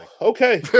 Okay